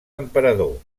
emperador